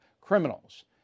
criminals